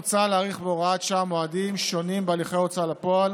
מוצע להאריך בהוראת שעה מועדים שונים בהליכי ההוצאה לפועל